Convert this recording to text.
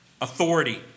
authority